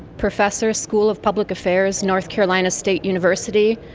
professor, school of public affairs, north carolina state university,